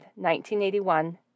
1981